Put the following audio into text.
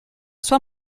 sua